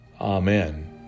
Amen